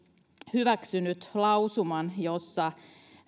hyväksynyt lausuman jossa